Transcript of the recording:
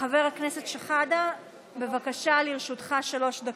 חבר הכנסת שחאדה, בבקשה, לרשותך שלוש דקות.